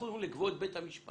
אנחנו מדברים על בית המשפט.